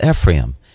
Ephraim